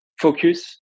focus